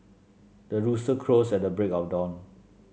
the rooster crows at the break of dawn